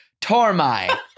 Tormai